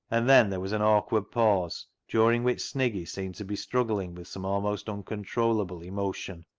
and then there was an awkward pause, during which sniggy seemed to be struggling with some almost uncon trollable emotion.